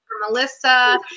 Melissa